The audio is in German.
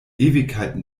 ewigkeiten